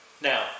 Now